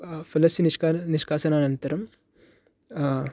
फलस्य निष्कान् निष्काशनानन्तरम्